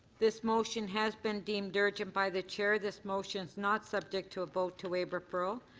this motion has been deemed urgent by the chair. this motion is not subject to a vote to waive referral.